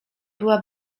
była